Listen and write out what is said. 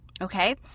Okay